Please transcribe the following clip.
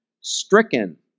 Stricken